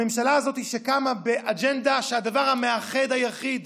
הממשלה הזאת שקמה באג'נדה, שהדבר המאחד היחיד